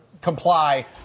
comply